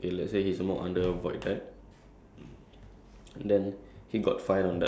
after the first time he smoke on the shelter like this this this happened on the same day